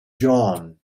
john